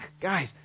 guys